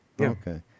Okay